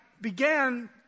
began